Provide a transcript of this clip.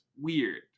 weird